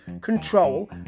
control